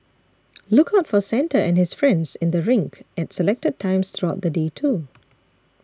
look out for Santa and his friends in the rink at selected times throughout the day too